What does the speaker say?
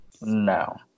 No